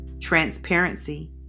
transparency